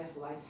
Life